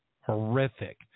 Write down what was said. horrific